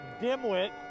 Dimwit